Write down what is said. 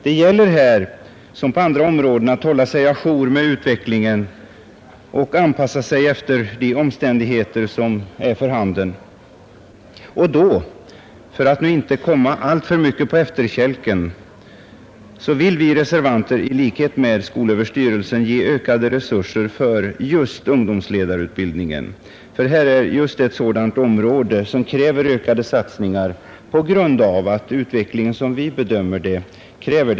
Det gäller här som på andra områden att hålla sig å jour med utvecklingen och anpassa sig efter de omständigheter som är för handen. För att ungdomsledarutbildningen inte skall komma alltför mycket på efterkälken vill vi reservanter i likhet med skolöverstyrelsen ge den ökade resurser. Detta är just ett sådant område som kräver ökade satsningar på grund av utvecklingen, sådan vi bedömer den.